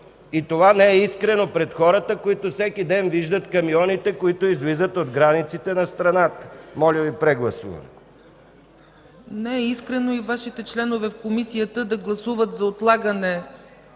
И това не е искрено пред хората, които всеки ден виждат камионите, които излизат от границите на страната. Моля Ви, прегласуване. ПРЕДСЕДАТЕЛ ЦЕЦКА ЦАЧЕВА: Не е искрено и Вашите членове в Комисията да гласуват за отлагане